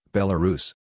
Belarus